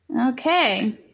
okay